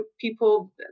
People